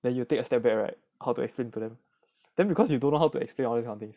then you take a step back right how to explain to them then because you don't know how to explain all these kind of things